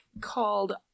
called